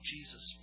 Jesus